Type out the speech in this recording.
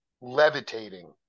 levitating